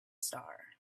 star